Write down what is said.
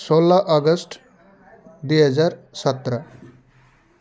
सोह्र अगस्त दुई हजार सत्र